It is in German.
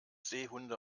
seehunde